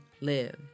live